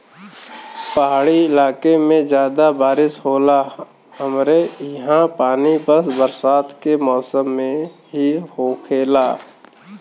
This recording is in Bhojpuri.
पहाड़ी इलाके में जादा बारिस होला हमरे ईहा पानी बस बरसात के मौसम में ही होखेला